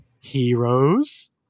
heroes